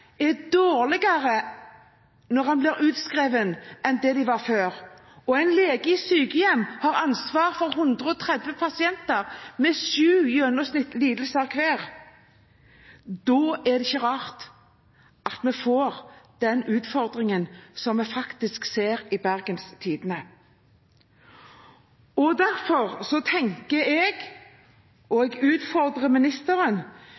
er dårligere når de blir utskrevet enn det som var vanlig før, og en lege i sykehjem har ansvar for 130 pasienter med gjennomsnittlig sju lidelser hver, er det ikke rart at vi får den utfordringen som vi faktisk ser omtalt i Bergens Tidende.